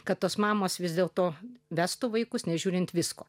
kad tos mamos vis dėlto vestų vaikus nežiūrint visko